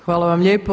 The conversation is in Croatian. Hvala vam lijepo.